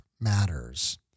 matters